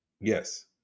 Yes